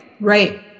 Right